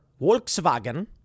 Volkswagen